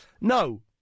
No